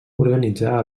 organitzà